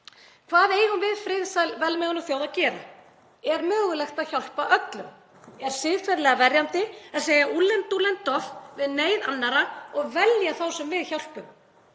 Hvað eigum við, friðsæl velmegunarþjóð, að gera? Er mögulegt að hjálpa öllum? Er siðferðilega verjandi að segja úllen dúllen doff við neyð annarra og velja þá sem við hjálpum?